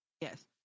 Yes